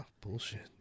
bullshit